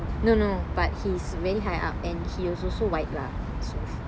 no no but he is very high up and he will also write lah